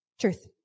Truth